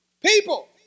People